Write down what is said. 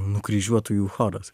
nukryžiuotųjų choras